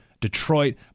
Detroit